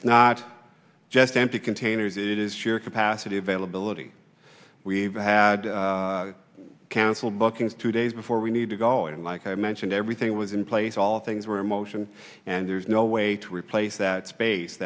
it's not just empty containers it is sheer capacity availability we've had council bookings two days before we need to go and like i mentioned everything was in place all things were in motion and there's no way to replace that space